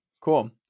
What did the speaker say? Cool